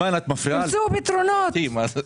תמצאו פתרונות.